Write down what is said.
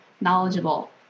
knowledgeable